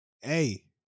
Hey